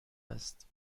است